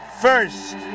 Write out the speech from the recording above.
first